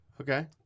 okay